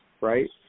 right